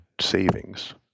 savings